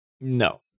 No